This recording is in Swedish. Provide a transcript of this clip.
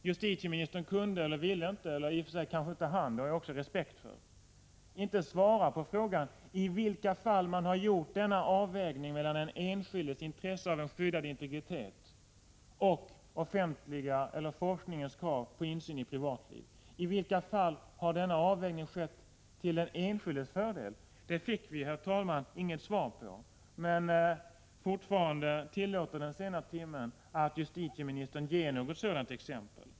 Justitieministern kunde eller ville inte — eller han kanske inte hann, det har jag också respekt för — svara på frågan i vilka fall man har gjort en avvägning mellan den enskildes intresse av en skyddad integritet och forskningens krav på insyn i privatlivet. I vilka fall har denna avvägning skett till den enskildes fördel? Det fick vi, herr talman, inget svar på. Men fortfarande tillåter den sena timmen att justitieministern ger ett sådant exempel.